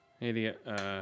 Idiot